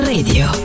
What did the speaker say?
Radio